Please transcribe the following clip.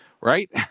right